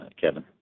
Kevin